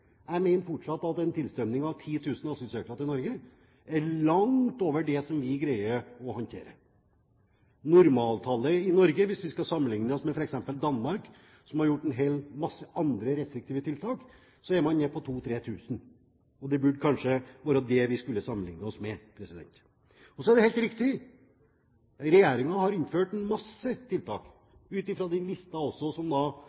Jeg mener fortsatt at en tilstrømning av 10 000 asylsøkere til Norge er langt over det som vi greier å håndtere. Normaltallet i Norge hvis vi skal sammenligne oss med f.eks. Danmark, som har gjort en hel masse andre restriktive tiltak, ville vært nede på 2 000–3 000, som man er der. Det er kanskje det vi burde sammenlignet oss med. Så er det helt riktig ut fra listen som vi har fått fra statsråden, og som